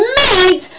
meet